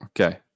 Okay